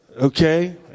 okay